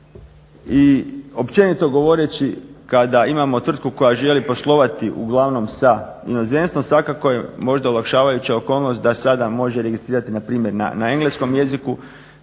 I općenito govoreći kada imamo tvrtku koja želi poslovati uglavnom sa inozemstvom svakako je možda olakšavajuća okolnost da se sada može registrirati npr. na engleskom jeziku